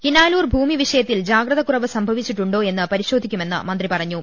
കിനാലൂർ ഭൂമി വിഷയത്തിൽ ജാഗ്രത കുറവ് സംഭവിച്ചിട്ടുണ്ടോയെന്ന് പരി ശോധിക്കുമെന്ന് മന്ത്രി പറഞ്ഞു